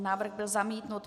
Návrh byl zamítnut.